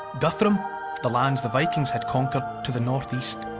guthrum the lands the vikings had conquered to the northeast.